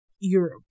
europe